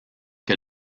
que